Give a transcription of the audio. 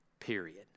period